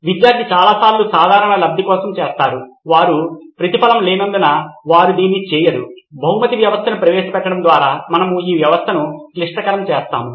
విద్యార్థి చాలా సార్లు సాధారణ లబ్ధి కోసం చేస్తారు వారు ప్రతిఫలం లేనందున వారు దీన్ని చేయరు బహుమతి వ్యవస్థను ప్రవేశపెట్టడం ద్వారా మనము ఈ వ్యవస్థను క్లిష్టతరం చేస్తాము